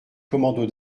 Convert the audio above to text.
commandos